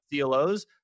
CLOs